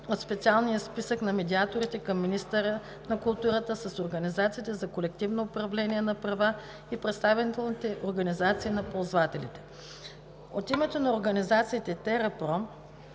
от специалния списък на медиаторите към министъра на културата с организациите за колективно управление на права и представителните организации на ползвателите. От името на организациите ТеРаПро,